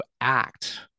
act